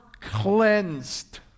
cleansed